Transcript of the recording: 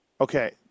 Okay